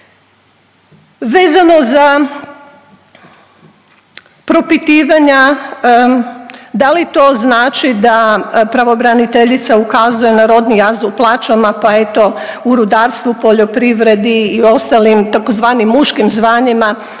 Vezano za propitivanja da li to znači da pravobraniteljica ukazuje na rodni jaz u plaćama pa eto u rudarstvu, poljoprivredi i ostalim tzv. muškim zvanjima